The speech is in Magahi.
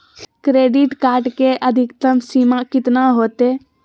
क्रेडिट कार्ड के अधिकतम सीमा कितना होते?